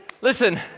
Listen